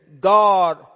God